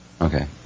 Okay